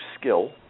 skill